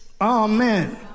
Amen